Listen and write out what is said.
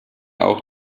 auch